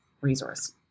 resource